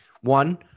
One